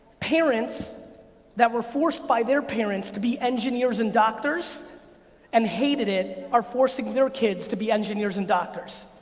parents that were forced by their parents to be engineers and doctors and hated it are forcing their kids to be engineers and doctors.